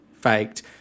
faked